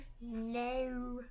No